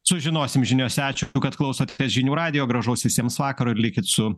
sužinosim žiniose ačiū kad klausot te žinių radijo gražaus visiems vakaro ir likit su